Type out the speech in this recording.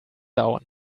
down